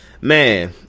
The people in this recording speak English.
man